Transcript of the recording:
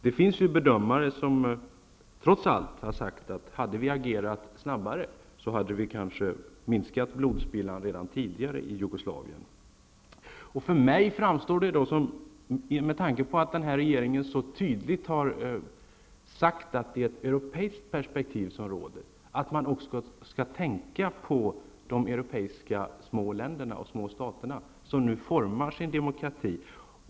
Det finns bedömare som trots allt anser att om vi hade agerat snabbare, hade blodspillan i Jugoslavien kanske kunnat minska redan tidigare. Med tanke på att regeringen så tydligt har betonat det europeiska perspektivet bör man också tänka på de små europeiska länder och stater, vilka nu formar sin demokrati.